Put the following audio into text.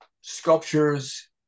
sculptures